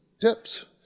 Tips